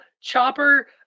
Chopper